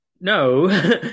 no